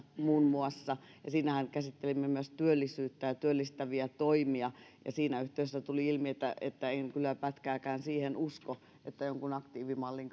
muun muassa ansiotuloverotuksesta siinähän käsittelimme myös työllisyyttä ja työllistäviä toimia ja siinä yhteydessä tuli ilmi että että en kyllä pätkääkään siihen usko että jonkun aktiivimallin